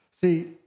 See